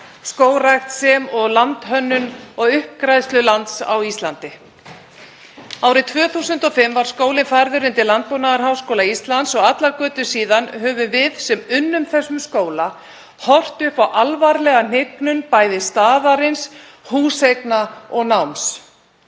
skógrækt sem og landhönnun og uppgræðslu lands á Íslandi. Árið 2005 var skólinn er færður undir Landbúnaðarháskóla Íslands og allar götur síðan höfum við sem unnum þessum skóla horft upp á alvarlega hnignun, bæði staðarins, húseigna og náms.